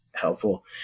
helpful